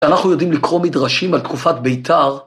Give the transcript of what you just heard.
אנחנו יודעים לקרוא מדרשים על תקופת בית״ר